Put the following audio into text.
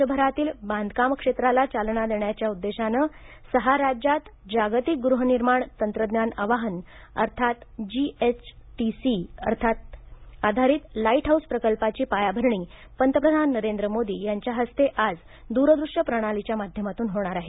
देशभरातील बांधकाम क्षेत्राला चालनादेण्याच्या उद्देशानं सहा राज्यात जागतिक गृहनिर्माण तंत्रज्ञान आवाहन अर्थातजीएचटीसी आधारित लाइट हाऊस प्रकल्पाची पायाभरणी पंतप्रधान नरेंद्र मोदी यांच्याहस्ते आज दुरदृष्य प्रणालीच्या माध्यमातून होणार आहे